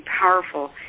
powerful